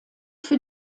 für